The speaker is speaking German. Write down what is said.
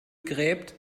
gräbt